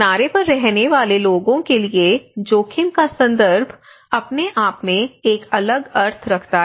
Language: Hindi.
किनारे पर रहने वाले लोगों के लिए जोखिम का संदर्भ अपने आप में एक अलग अर्थ रखता है